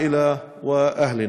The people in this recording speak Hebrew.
המשפחה ואנשינו.)